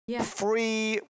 Free